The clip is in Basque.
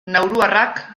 nauruarrak